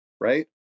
right